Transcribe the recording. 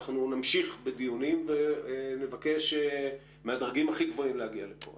אנחנו נמשיך בדיונים ונבקש מהדרגים הכי גבוהים להגיע לפה.